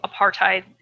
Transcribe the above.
apartheid